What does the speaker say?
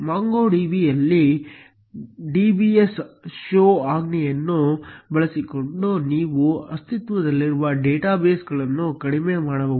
MongoDB ಯಲ್ಲಿ dbs show ಆಜ್ಞೆಯನ್ನು ಬಳಸಿಕೊಂಡು ನೀವು ಅಸ್ತಿತ್ವದಲ್ಲಿರುವ ಡೇಟಾ ಬೇಸ್ಗಳನ್ನು ಕಡಿಮೆ ಮಾಡಬಹುದು